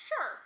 Sure